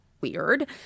weird